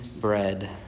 bread